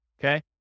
Okay